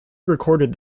recorded